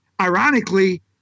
ironically